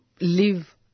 live